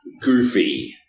goofy